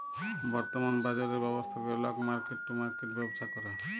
বর্তমাল বাজরের ব্যবস্থা ক্যরে লক মার্কেট টু মার্কেট ব্যবসা ক্যরে